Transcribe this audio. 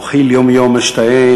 "אוחיל יום יום אשתאה,